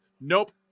Nope